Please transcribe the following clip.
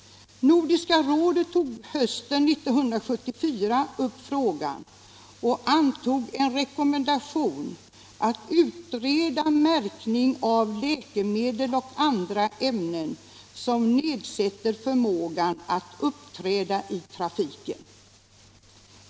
Nordiska rådet tog hösten 1974 upp frågan och antog en rekommendation att utreda märkning av läkemedel och andra ämnen som nedsätter förmågan att uppträda i trafiken.